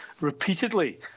repeatedly